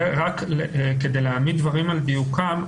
רק כדי להעמיד דברים על דיוקם,